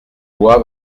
lois